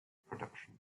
production